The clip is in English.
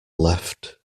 left